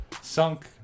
sunk